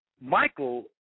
Michael